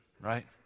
right